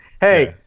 Hey